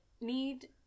need